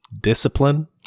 discipline